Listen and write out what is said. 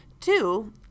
Two